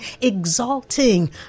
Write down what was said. exalting